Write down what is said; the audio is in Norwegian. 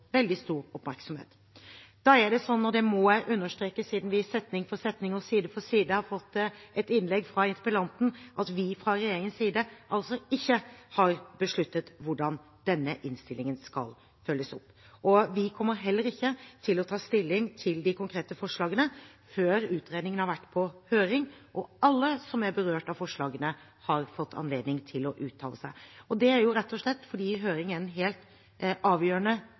veldig stor oppmerksomhet. Det er sånn – og det må jeg understreke, siden vi setning for setning og side for side har fått et innlegg fra interpellanten – at vi fra regjeringens side altså ikke har besluttet hvordan denne innstillingen skal følges opp. Vi kommer heller ikke til å ta stilling til de konkrete forslagene før utredningen har vært på høring, og før alle som er berørt av forslagene, har fått anledning til å uttale seg. Det er rett og slett fordi høring er en helt avgjørende